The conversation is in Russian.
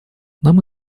нам